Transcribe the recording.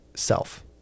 self